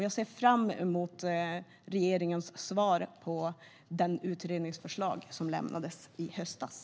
Jag ser fram emot regeringens svar på förslaget från utredningen som lämnades i höstas.